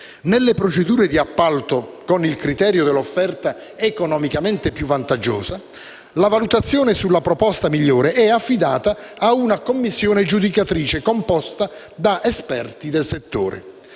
Nelle procedure di appalto con il criterio dell'offerta economicamente più vantaggiosa, la valutazione sulla proposta migliore è affidata ad una commissione giudicatrice composta da esperti del settore.